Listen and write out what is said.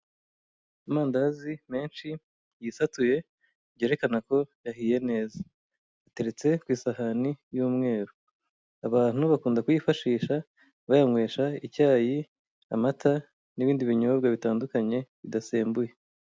Amandazi menshi yisatuye byerekana ko yahiye neza, ateretse ku isahani y'umweru. Abantu bakunda kuyifashisha bayanywesha icyayi, amata n'ibindi binyobwa bitandukanye bidasembuye.